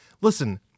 Listen